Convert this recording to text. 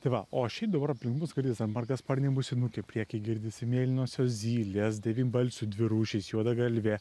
tai va o šiaip dabar aplink mus girdis margasparnė musinukė prieky girdisi mėlynosios zylės devynbalsių dvi rūšys juodagalvė